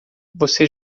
você